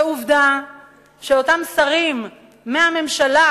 ועובדה שאותם שרים מהממשלה,